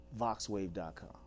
Voxwave.com